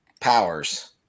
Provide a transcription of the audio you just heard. Powers